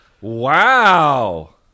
Wow